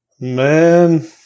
Man